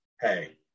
Hey